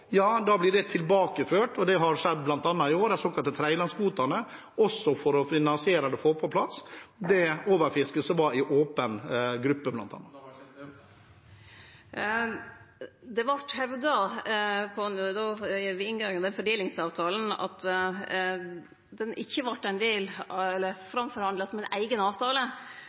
blir det tilbakeført. Det har skjedd bl.a. i år, de såkalte tredjelandskvotene, også for å finansiere eller få på plass det overfisket som var i åpen gruppe, bl.a. Det vart hevda ved inngangen av fordelingsavtalen at han ikkje vart framforhandla som ein eigen avtale, fordi Kyst-Noreg, eller